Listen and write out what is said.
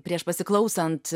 prieš pasiklausant